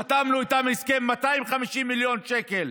איפה, חתמנו איתם הסכם, 250 מיליון שקל.